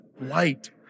light